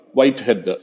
Whitehead